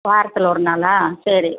வாரத்தில் ஒரு நாளா சரி